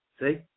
See